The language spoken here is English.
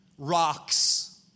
rocks